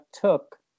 took